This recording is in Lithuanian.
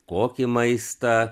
kokį maistą